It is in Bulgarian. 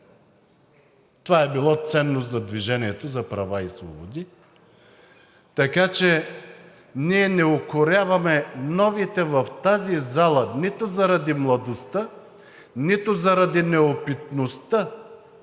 Това е било ценност за „Движението за права и свободи“, така че ние не укоряваме новите в тази зала нито заради младостта, нито заради неопитността.